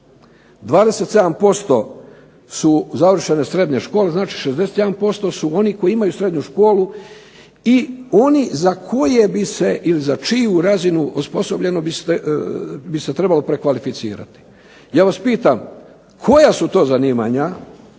27% su završene srednje škole, znači 61% su oni koji imaju srednju školu i oni za koje bi se ili za čiju razinu osposobljenosti bi se trebalo prekvalificirati. Ja vas pitam koja su to zanimanja